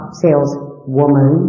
saleswoman